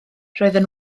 roedden